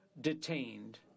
detained